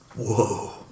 whoa